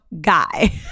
guy